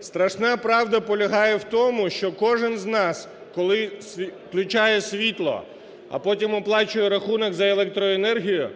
Страшна правда полягає в тому, що кожен з нас, коли включає світло, а потім оплачує рахунок за електроенергію,